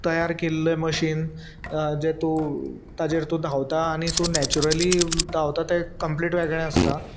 तयार केल्ले मशीन जे तूं ताजेर तूं धांवता आनी तूं नॅचुरली धांवता तें कंम्प्लीट वेगळें आसता